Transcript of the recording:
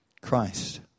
Christ